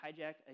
hijacked